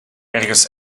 ergens